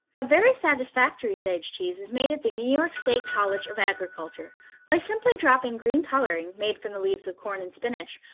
a very satisfactory sage cheese is made at the new york state college of agriculture by simply dropping green coloring, made from the leaves of corn and spinach,